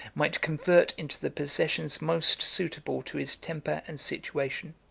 might convert into the possessions most suitable to his temper and situation.